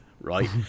right